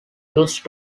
used